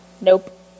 nope